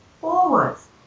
forwards